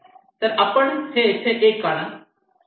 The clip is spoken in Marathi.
तर आपण येथे 1 आणा